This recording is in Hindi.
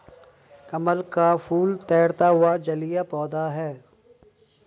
कमल का फूल तैरता हुआ जलीय पौधा है